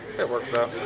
it works out